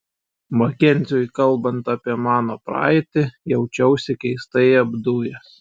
makenziui kalbant apie mano praeitį jaučiausi keistai apdujęs